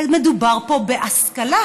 הרי מדובר פה בהשכלה.